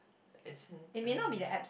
as in the